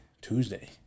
Tuesday